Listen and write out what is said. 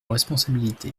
responsabilité